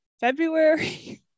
february